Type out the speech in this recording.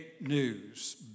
news